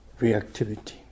reactivity